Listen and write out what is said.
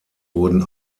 wurden